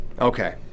Okay